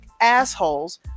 assholes